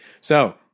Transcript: So-